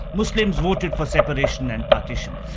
muslims voted for separation and partition.